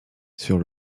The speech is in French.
sur